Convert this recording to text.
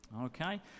Okay